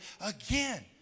again